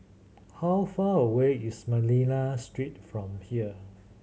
how far away is Manila Street from here